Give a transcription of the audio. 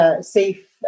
safe